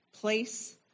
place